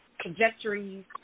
trajectories